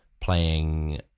playing